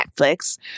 Netflix